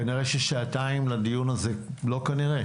כנראה ששעתיים לדיון הזה לא כנראה,